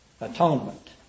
atonement